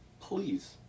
please